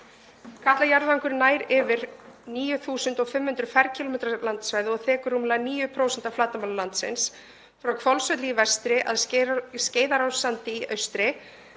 Katla jarðvangur nær yfir 9.500 km² landsvæði og þekur rúmlega 9% af flatarmáli landsins, frá Hvolsvelli í vestri að Skeiðarársandi í austri.